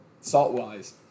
salt-wise